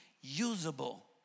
usable